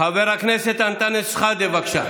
חבר הכנסת אנטאנס שחאדה, בבקשה,